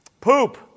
Poop